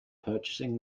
purchasing